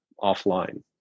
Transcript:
offline